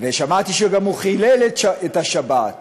שמעתי שהוא גם חילל את השבת,